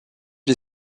les